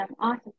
awesome